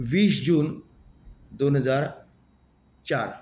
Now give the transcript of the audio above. वीस जून दोन हजार चार